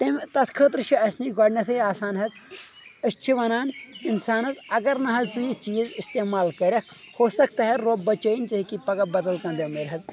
تیٚمہِ تَتھ خٲطرٕ چھِ اَسہِ نِش گۄڈنیٚتٕھے آسان حظ أسۍ چھِ وَنان اِنسانَس اگر نَہ حظ ژٕ یہِ چیٖز استعمال کَرَکھ ہو سکتا ہے رۄب بَچٲیِنۍ ژےٚ ہیٚکی پَگاہ بَدل کانٛہہ بیٚمٲرۍ حظ